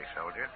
soldier